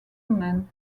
men